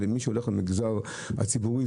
מי שהולך למגזר הציבורי,